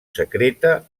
secreta